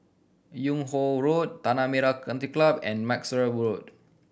Yung Ho Road Tanah Merah Country Club and Maxwell Road